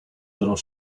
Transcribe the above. little